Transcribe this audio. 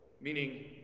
meaning